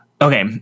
Okay